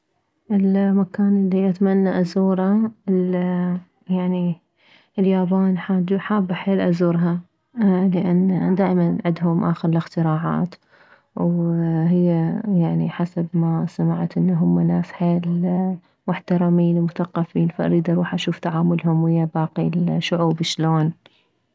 المكان الي اتمنى ازوره ال اليابان حابة حيل ازورها لان دائما عدهم اخر الاختراعات وهي يعني حسب ما سمعت انه هم ناس حيل محترمين ومثقفين فاريد اروح اشوف تعاملهم ويه باقي الشعوب شلون